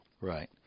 Right